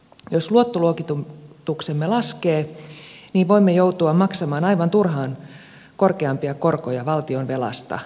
jos luottoluokituksemme laskee niin voimme joutua maksamaan aivan turhaan korkeampia korkoja valtionvelasta